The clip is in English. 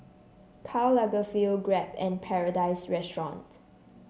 Karl Lagerfeld Grab and Paradise Restaurant